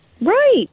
Right